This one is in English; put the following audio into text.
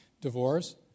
divorce